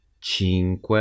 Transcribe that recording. cinque